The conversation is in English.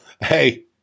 hey